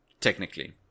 technically